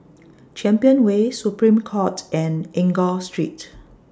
Champion Way Supreme Court and Enggor Street